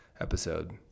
episode